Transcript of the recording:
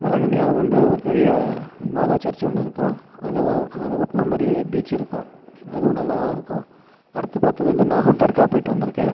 வேளாங்கண்ணி அது வந்து ஒரு பெரிய மாதா சர்ச் ஒன்று இருக்கும் அது அதை ஒட்டின மாதிரியே பீச் இருக்கும் அதுவும் நல்லாதான் இருக்கும் அடுத்து பார்த்தது வந்து நாகூர் தர்கா போயிட்டு வந்துருக்கேன்